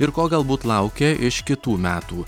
ir ko galbūt laukia iš kitų metų